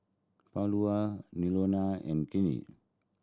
Paula Nonie and Kennith